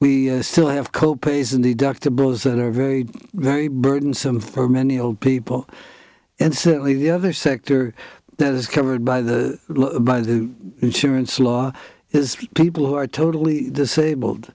we still have co pays and deductibles that are very very burdensome for many old people and certainly the other sector that is covered by the by the insurance law is people who are totally disabled